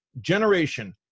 generation